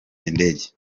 indege